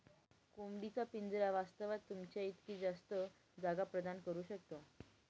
कोंबडी चा पिंजरा वास्तवात, तुमच्या इतकी जास्त जागा प्रदान करू शकतो